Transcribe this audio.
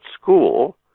school